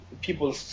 people